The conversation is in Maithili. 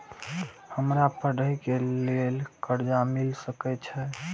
हमरा पढ़े के लेल कर्जा मिल सके छे?